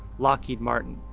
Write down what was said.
lockheed martin,